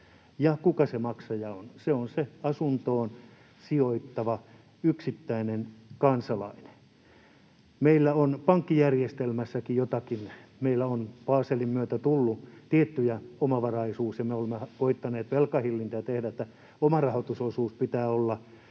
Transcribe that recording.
kuka se maksaja on? Se on se asuntoon sijoittava yksittäinen kansalainen. Meillä on pankkijärjestelmässäkin jotakin... Meillä on Baselin myötä tullut tiettyjä omavaraisuussääntöjä, ja me olemme koettaneet velkahillintää tehdä, niin että omarahoitusosuuden pitää olla